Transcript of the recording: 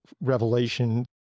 revelation